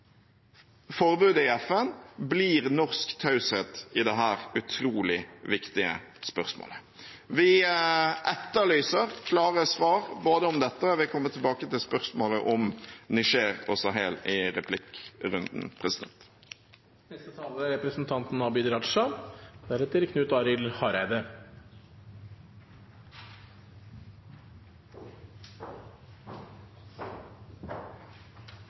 forbudet i FN blir norsk taushet i dette utrolig viktige spørsmålet. Vi etterlyser klare svar om dette, og jeg vil komme tilbake til spørsmålet om Niger og Sahel i replikkrunden.